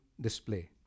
display